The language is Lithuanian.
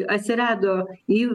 atsirado į